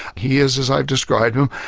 he is as i describe him,